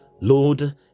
Lord